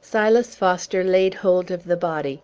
silas foster laid hold of the body